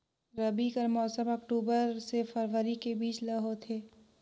रबी कर मौसम अक्टूबर से फरवरी के बीच ल होथे